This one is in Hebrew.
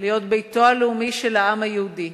להיות ביתו הלאומי של העם היהודי,